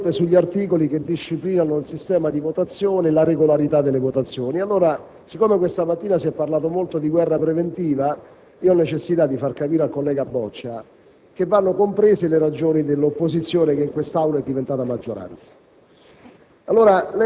e segnatamente con gli articoli che disciplinano il sistema e la regolarità delle votazioni. Poiché questa mattina si è parlato molto di guerra preventiva, io ho necessità di far capire al collega Boccia che vanno comprese le ragioni dell'opposizione che in quest'Aula è diventata maggioranza.